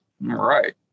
right